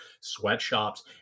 sweatshops